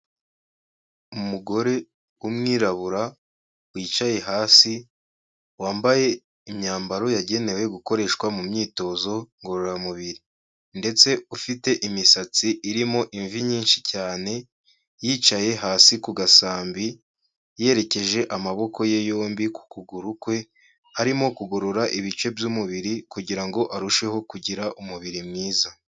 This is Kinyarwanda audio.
Umugore w'umwirabura wicaye hasi, ambaye imyambaro yagenewe gukoreshwa mu myitozo ngororamubiri. Ndetse ufite imisatsi irimo imvi nyinshi cyane yicaye hasi ku gasambi, yerekeje amaboko ye yombi ku kuguru kwe, arimo kugorora ibice by'umubiri kugira ngo arusheho kugira umubiri mwiza.